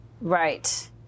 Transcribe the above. Right